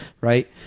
right